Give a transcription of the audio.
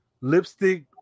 lipstick